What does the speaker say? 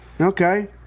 Okay